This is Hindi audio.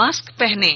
मास्क पहनें